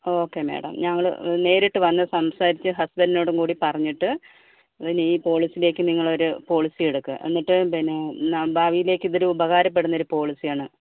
okay madam ഞങ്ങള് നേരിട്ട് വന്ന് സംസാരിച്ച് ഹസ്ബെന്റിനോടും കൂടി പറഞ്ഞിട്ട് പിന്നെയീ പോളിസിയിലേക്ക് നിങ്ങളൊരു പോളിസി എടുക്കുക എന്നിട്ട് പിന്നെ ഭാവിയിലേക്ക് ഇതൊരു ഉപകാരപ്പെടുന്ന ഒരു പോളിസിയാണ്